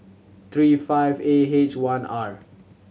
three five A H one R